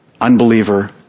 unbeliever